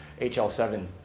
HL7